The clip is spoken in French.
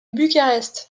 bucarest